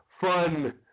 fun